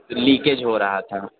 leakage ہو رہا تھا